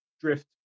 drift